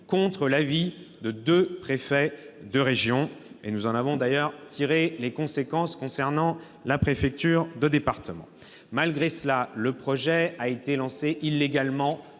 contre l'avis de deux préfets de région. Nous en avons d'ailleurs tiré les conséquences en ce qui concerne la préfecture de département. Malgré ce retrait, le projet a été lancé illégalement